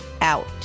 out